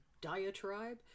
diatribe